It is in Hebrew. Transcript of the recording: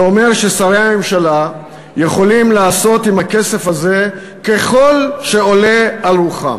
זה אומר ששרי הממשלה יכולים לעשות עם הכסף הזה ככל שעולה על רוחם.